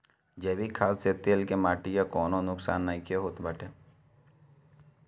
जैविक खाद से खेत के माटी कअ कवनो नुकसान नाइ होत बाटे